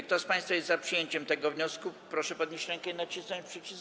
Kto z państwa jest za przyjęciem tego wniosku, proszę podnieść rękę i nacisnąć przycisk.